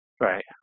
Right